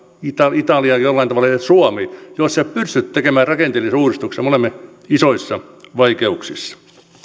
italia italia jollain tavalla suomi emme pysty tekemään rakenteellisia uudistuksia me olemme isoissa vaikeuksissa